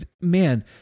Man